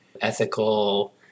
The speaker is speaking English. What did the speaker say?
ethical